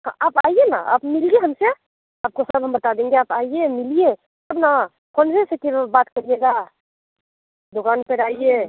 हाँ आप आइए ना आप मिलिये हमसे आपको सब हम बता देंगे आप आइए मिलिये तब न फोनवे से केवल बात करियेगा दुकान पर आइए